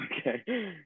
Okay